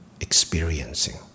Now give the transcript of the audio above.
experiencing